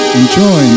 enjoy